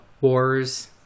wars